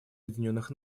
объединенных